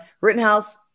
rittenhouse